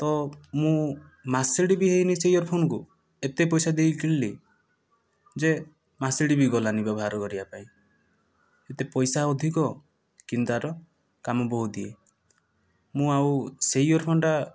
ତ ମୁଁ ମାସଟିଏ ବି ହୋଇନି ସେ ଇୟରଫୋନକୁ ଏତେ ପଇସା ଦେଇକି କିଣିଲି ଯେ ମାସଟେ ବି ଗଲାନି ବ୍ୟବହାର କରିବା ପାଇଁ ଏତେ ପଇସା ଅଧିକ କିନ୍ତୁ ତା'ର କାମ ବହୁତ ଇୟେ ମୁ ଆଉ ସେଇ ଇୟରଫୋନଟା